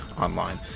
online